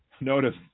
Notice